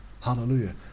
Hallelujah